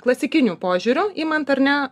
klasikiniu požiūriu imant ar ne